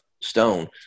stone